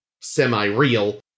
semi-real